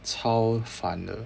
超烦的